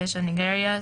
ניגריה,